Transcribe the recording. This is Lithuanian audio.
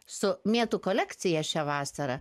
su mėtų kolekcija šią vasarą